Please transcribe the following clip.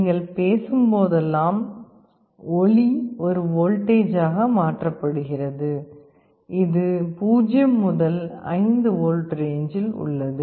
நீங்கள் பேசும்போதெல்லாம் ஒலி ஒரு வோல்டேஜாக மாற்றப்படுகிறது இது 0 முதல் 5 வோல்ட் ரேஞ்சில் உள்ளது